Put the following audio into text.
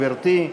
גברתי.